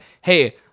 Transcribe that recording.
hey